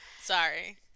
Sorry